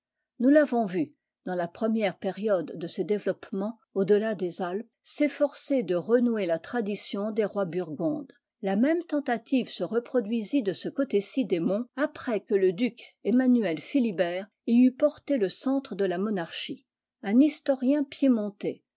nous l'avons vue dans la première période de ses développements au delà des alpes s'efforcer de renouer la tradition des rois burgondes la même tentative se reproduisit de ce côté-ci des monts après que le duc emmanuel philibert y eut porté le centre de la monarchie un historien piémontais